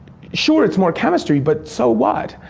sure it's more chemistry, but so what?